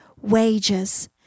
wages